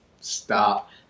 stop